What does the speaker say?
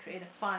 create the fun